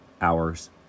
hours